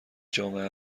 جامعه